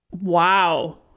Wow